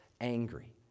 angry